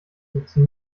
nutzen